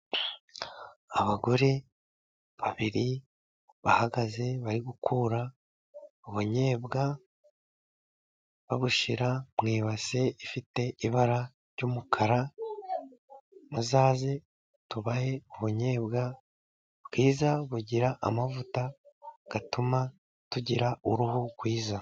Abagore babiri bahagaze, bari gukura ubunyebwa babushyira mu ibase ifite ibara ry'umukara, muzaze tubahe ubunyebwa bwiza, bugira amavuta atuma tugira uruhu rwiza.